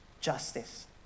justice